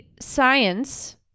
science